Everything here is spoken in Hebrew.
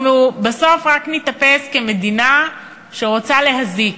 אנחנו בסוף רק ניתפס כמדינה שרוצה להזיק,